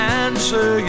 answer